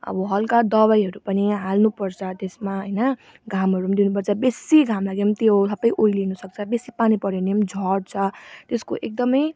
अब हल्का दवाईहरू पनि हाल्नुपर्छ त्यसमा होइन घामहरू पनि दिनुपर्छ बेसी घाम लाग्यो पनि त्यो सबै ओइलिनु सक्छ बेसी पानी पऱ्यो भने पनि झर्छ त्यसको एकदमै